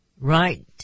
right